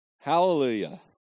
Hallelujah